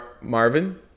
marvin